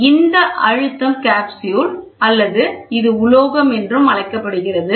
இது அழுத்தம் காப்ஸ்யூல் அல்லது இது உலோகம் என்று அழைக்கப்படுகிறது